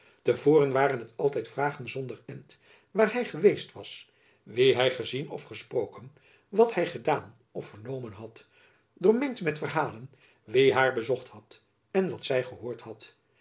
te voren waren het altijd vragen zonder end waar hy geweest was wien hy gezien of gesproken wat hy gedaan of vernomen had doormengd met verhalen wie haar bezocht had en wat zy gehoord had